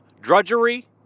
drudgery